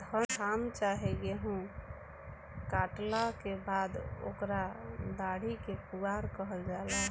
धान चाहे गेहू काटला के बाद ओकरा डाटी के पुआरा कहल जाला